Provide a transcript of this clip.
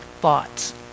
thoughts